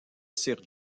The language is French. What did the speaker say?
sir